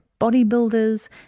bodybuilders